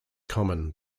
common